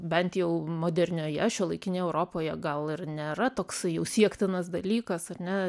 bent jau modernioje šiuolaikinėje europoje gal ir nėra toksai jau siektinas dalykas ar ne